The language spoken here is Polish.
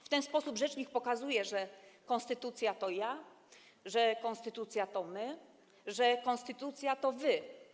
W ten sposób rzecznik pokazuje, że konstytucja to ja, że konstytucja to my, że konstytucja to wy.